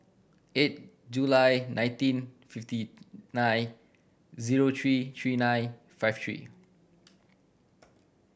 eight July nineteen fifty nine zero three three nine five three